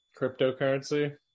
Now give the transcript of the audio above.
cryptocurrency